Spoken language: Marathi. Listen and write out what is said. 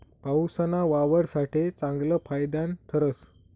पाऊसना वावर साठे चांगलं फायदानं ठरस